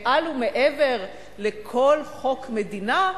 מעל ומעבר לכל חוק מדינה,